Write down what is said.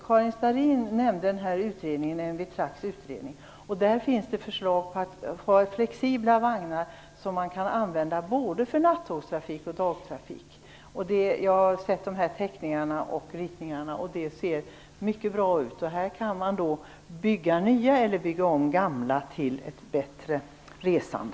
Karin Starrin nämnde en utredning, där det finns förslag om att ha flexibla vagnar som kan användas för både nattrafik och dagtrafik. Jag har sett ritningarna som ser mycket bra ut. Här kan man bygga nya eller bygga om gamla vagnar för ett bättre resande.